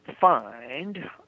find